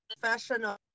professional